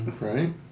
Right